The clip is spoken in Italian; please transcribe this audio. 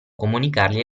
comunicargli